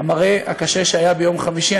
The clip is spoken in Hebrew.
המראה הקשה שהיה ביום חמישי.